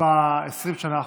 ב-20 השנה האחרונות.